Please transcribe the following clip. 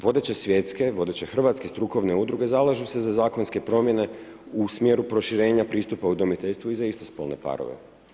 Vodeće svjetske, vodeće hrvatske strukovne udruge zalažu se za zakonske promjene u smjeru proširenja pristupa udomiteljstvu i za istospolne parove.